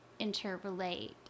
interrelate